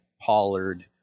Pollard